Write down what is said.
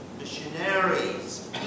missionaries